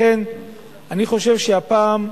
לכן אני חושב שהפעם,